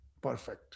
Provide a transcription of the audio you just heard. perfect